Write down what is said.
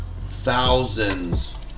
thousands